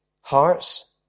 hearts